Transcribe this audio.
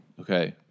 Okay